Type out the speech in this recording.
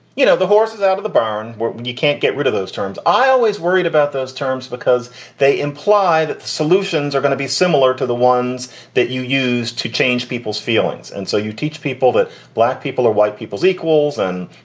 you know, the horse is out of the barn when you can't get rid of those terms. i always worried about those terms because they imply that the solutions are going to be similar to the ones that you use to change people's feelings. and so you teach people that black people are white people's equals and,